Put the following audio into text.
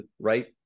right